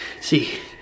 See